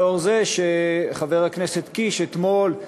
לאור זה שחבר הכנסת קיש אתמול,